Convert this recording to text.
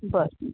बरें